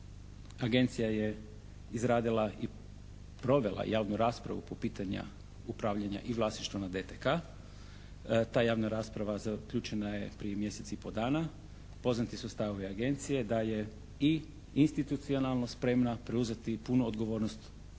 agencija je izradila i provela javnu raspravu po pitanju upravljanja i vlasništva nad DTK. Ta javna rasprava zaključena je prije mjesec i po dana, poznati su stavovi agencije, da je i institucionalno spremna preuzeti punu odgovornost